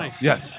Yes